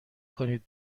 کنید